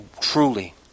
Truly